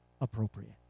appropriate